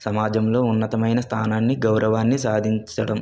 సమాజంలో ఉన్నతమైన స్థానాన్ని గౌరవాన్ని సాధించడం